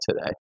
today